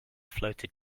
floated